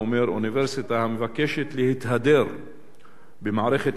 הוא אומר: "אוניברסיטה המבקשת להתהדר במערכת